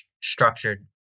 structured